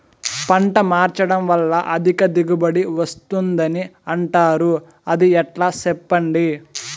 పంట మార్చడం వల్ల అధిక దిగుబడి వస్తుందని అంటారు అది ఎట్లా సెప్పండి